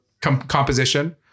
composition